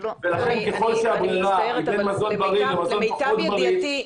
ולכן ככל שהברירה היא בין מזון בריא למזון פחות בריא.